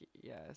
Yes